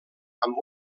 amb